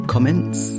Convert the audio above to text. Comments